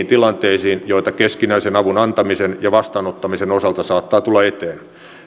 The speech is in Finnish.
tilanteisiin joita keskinäisen avun antamisen ja vastaanottamisen osalta saattaa tulla eteen